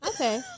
Okay